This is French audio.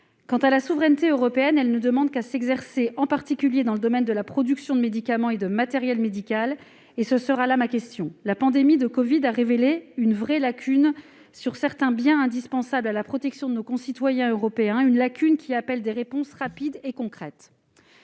Quant à la souveraineté européenne, elle ne demande qu'à s'exercer, en particulier dans le domaine de la production de médicaments et de matériel médical ; ma question portera sur ce point particulier. La pandémie de covid-19 a révélé une vraie lacune sur certains biens indispensables à la protection de nos citoyens européens, une lacune qui appelle des réponses rapides et concrètes.